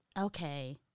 Okay